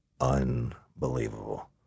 unbelievable